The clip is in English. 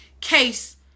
case